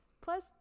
Plus